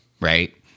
right